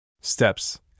steps